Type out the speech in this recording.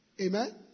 Amen